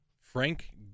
frank